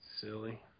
silly